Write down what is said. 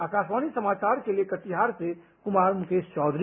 आकाशवाणी समाचार के लिए कटिहार से कुमार मुकेश चौधरी